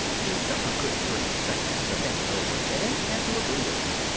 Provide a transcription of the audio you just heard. he took a good thirty seconds to think it over and had to agree with me.